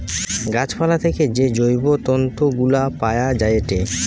গাছ পালা থেকে যে জৈব তন্তু গুলা পায়া যায়েটে